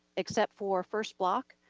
except for first block.